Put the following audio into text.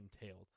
entailed